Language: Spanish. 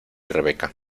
rebecca